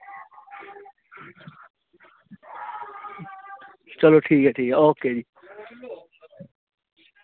चलो ठीक ऐ ठीक ऐ ओके जी